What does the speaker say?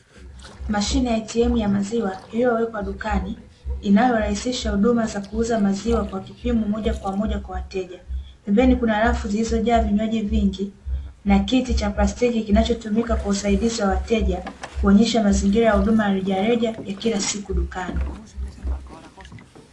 Mashine ya atm ya maziwa iliyowekwa dukani inayorahisisha huduma za kuuza maziwa kwa kipimo moja kwa moja kwa wateja, pembeni kuna rafu zilizojaa vinywaji vingi na kiti cha plastiki kinachotumika kwa usaidizi wa wateja kuonyesha mazingira ya huduma ya rejareja ya kila siku dukani.